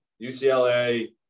ucla